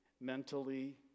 mentally